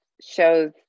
shows